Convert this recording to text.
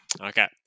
Okay